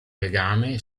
legame